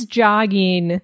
jogging